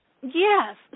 Yes